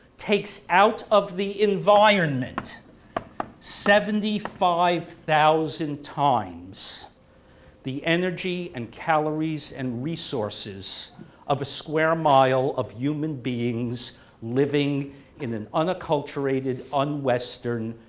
takes out of the environment seventy five thousand times the energy and calories and resources of a square mile of human beings living in an unacculturated, un-western,